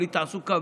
בלי תעסוקה,